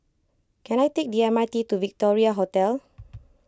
can I take the M R T to Victoria Hotel